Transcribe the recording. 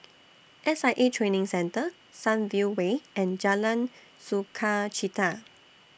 S I A Training Centre Sunview Way and Jalan Sukachita